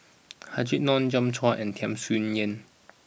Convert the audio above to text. Habib Noh Joi Chua and Tham Sien Yen